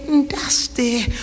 dusty